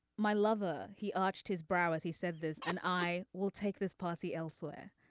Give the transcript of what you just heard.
my lover. he arched his brow as he said this and i will take this policy elsewhere.